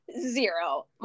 Zero